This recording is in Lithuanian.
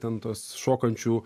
ten tos šokančių